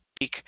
speak